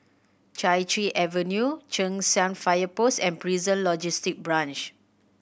Chai Chee Avenue Cheng San Fire Post and Prison Logistic Branch